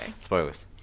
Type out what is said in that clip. Spoilers